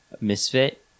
misfit